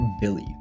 billy